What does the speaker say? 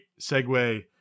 segue